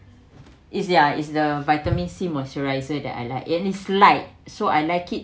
is ya is the vitamin C moisturizer that I like is like so I like it